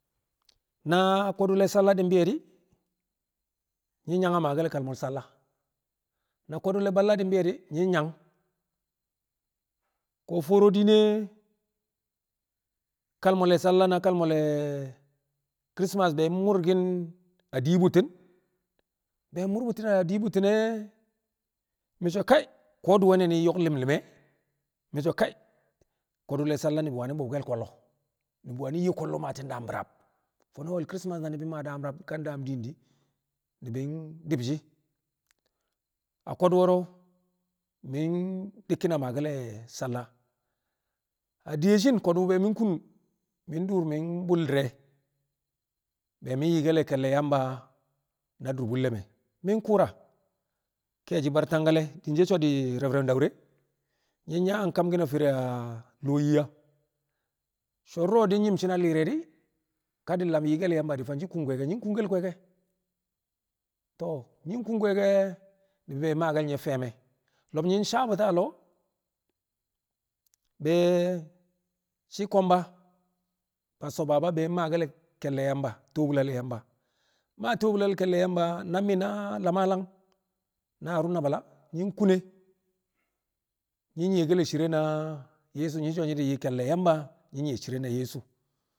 Na ko̱du̱ le̱ salla mbi̱yo̱ di̱ nyi̱ yang a maake̱l kalmo salla na ko̱du̱ le̱ balla di̱ mbi̱yo̱ di̱ nyi̱ yang ko̱ fo̱o̱ro̱ diine kalmo le̱ salla na kalmo le̱ christmas be murkin a di bu̱tti̱n be mur bu̱ti̱ a di bu̱tti̱n ne̱ mi̱ so̱ kai ko̱ di̱ we̱ne̱ ni̱ nyo̱k li̱m li̱m e̱ mi̱ so̱ kai ko̱du̱ le̱ salla ni̱bi̱ wani̱ bo̱bke̱l ko̱llo ni̱bi̱ wani̱ yed ko̱llo̱ bu̱lti̱n daam bi̱raab fo̱no̱ we̱l christmas na ni̱bi̱ maa daam rab ka daam din di̱ ni̱bi̱ di̱b shi̱ a ko̱du̱ wo̱ro̱ mi̱ dikkin a maake̱l le̱ salla a diyeshin ko̱du̱ mi̱ kun mi̱ dur bul di̱re̱ be mi̱ yikkel ke̱lle̱ Yamba na dur bu̱lle̱ me̱ mi̱ ku̱u̱ra kẹe̱shi̱ bar Tangkale̱ din she̱ so̱ di̱ Rev Daure nyi̱ yang kamki̱n a lo̱o̱ Yiya so̱ du̱ro̱ di̱ nyi̱m shi̱ na li̱i̱r re̱ di̱ ka di̱ lam yikkel Yamba di̱ fanshi̱n kung kwe̱e̱ke̱ nyi̱ kungkel kwe̱e̱ke̱ to̱o̱ nyi̱ kung kwe̱e̱ke̱ ni̱bi̱ be maake̱l nye̱ fẹe̱me̱ lo̱b nyi̱ saabbu̱ti̱ lo̱o̱ be shi̱ ko̱mba Pastor Baba be maake̱l ke̱lle̱ Yamba, tobulal Yamba mmaa tobulal ke̱lle̱ Yamba na mi̱ na Lamalam na Haruna Bala nyi̱ kune nyi̱ nyi̱ye̱ke̱l cire na Yeso nƴi̱ so̱ nyi̱ yi ke̱lle̱ Yamba nyi̱ nyi̱ye̱ cire na Yeso.